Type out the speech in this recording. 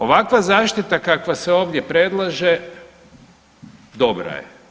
Ovakva zaštita kakva se ovdje predlaže dobra je.